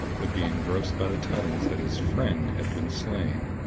would be engrossed by the tidings that his friend had been slain.